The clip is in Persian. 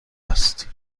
است